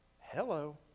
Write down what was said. Hello